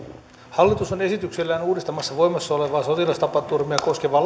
hallitus on esityksellään uudistamassa voimassa olevaa sotilastapaturmia koskevaa